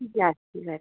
ಜಾಸ್ತಿ ಬರತ್ತೆ